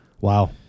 Wow